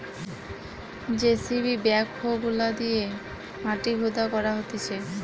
JCB backhoe গুলা দিয়ে মাটি খুদা করা হতিছে